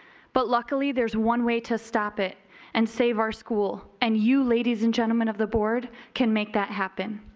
but luckily there's one way to stop it and save our school, and you ladies and gentlemen of the board can make that happen.